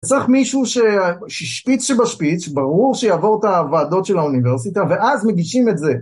צריך מישהו ששפיץ שבשפיץ, ברור שיעבור את הוועדות של האוניברסיטה ואז מגישים את זה.